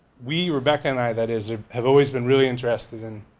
we, rebecca and i, that is ah have always been really interested in.